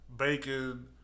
Bacon